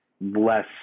less